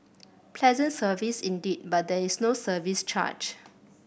pleasant service indeed but there is no service charge